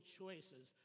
choices